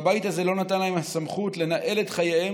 והבית הזה לא נתן להם את הסמכות לנהל את חייהם